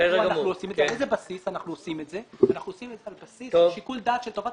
אנחנו עושים את זה על בסיס שיקול דעת של טובת